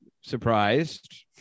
surprised